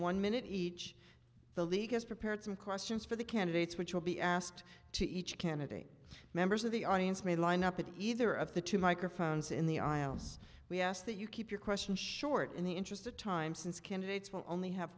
one minute each the league has prepared some questions for the candidates which will be asked to each candidate members of the audience may line up at either of the two microphones in the aisles we ask that you keep your questions short in the interest of time since candidates will only have